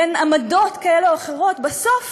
בין עמדות כאלה או אחרות, בסוף